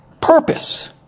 Purpose